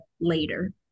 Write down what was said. later